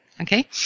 Okay